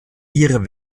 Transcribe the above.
ihre